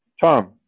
Tom